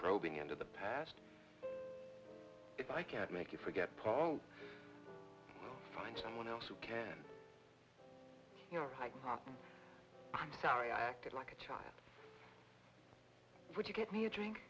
probing into the past if i can't make you forget paul find someone else who can hide i'm sorry i acted like a child would you give me a drink